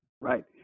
right